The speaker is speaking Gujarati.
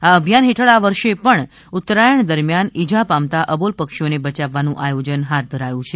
આ અભિયાન હેઠળ આ વર્ષે પણ ઉત્તરાયણ દરમ્યાન ઇજા પામતા અબોલ પક્ષીઓને બચાવવાનું આયોજન હાથ ધરાયું છે